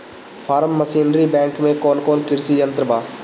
Form machinery bank में कौन कौन कृषि यंत्र बा?